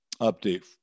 update